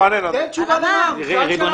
תן תשובה לגבי המע"מ.